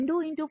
6 0